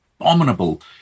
abominable